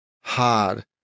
hard